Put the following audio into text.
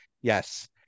yes